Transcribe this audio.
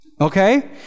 okay